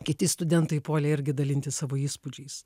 kiti studentai puolė irgi dalintis savo įspūdžiais